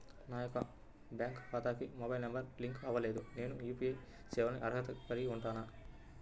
నా యొక్క బ్యాంక్ ఖాతాకి మొబైల్ నంబర్ లింక్ అవ్వలేదు నేను యూ.పీ.ఐ సేవలకు అర్హత కలిగి ఉంటానా?